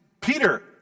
Peter